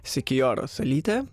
sikuijoro salytė